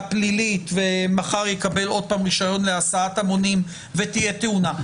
פלילית ומחר יקבל עוד פעם רישיון להסעת המונים ותהיה תאונה,